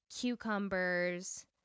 cucumbers